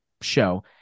show